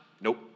Nope